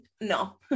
no